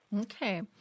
Okay